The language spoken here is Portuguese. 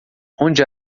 onde